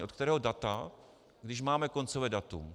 Od kterého data, když máme koncové datum?